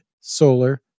solar